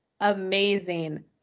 amazing